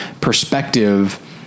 perspective